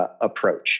approach